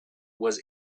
was